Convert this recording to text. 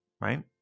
right